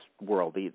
world